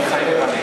מתחייב אני